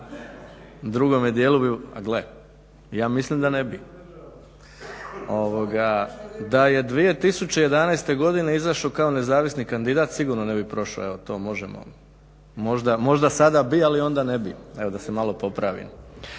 drugome dijelu bi. A gle, ja mislim da ne bi. Da je 2011. godine izašao kao nezavisni kandidat sigurno ne bi prošao, evo to možemo. Možda sada bi, ali onda ne bi. Evo da se malo popravim.